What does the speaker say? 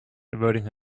averting